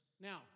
Now